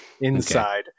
Inside